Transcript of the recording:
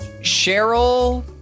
Cheryl